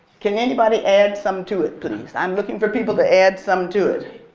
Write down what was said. can anybody add some to it, please? i'm looking for people to add some to it.